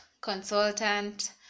consultant